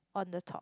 on the top